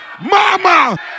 Mama